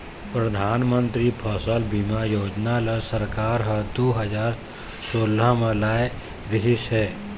परधानमंतरी फसल बीमा योजना ल सरकार ह दू हजार सोला म लाए रिहिस हे